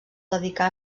dedicà